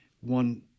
one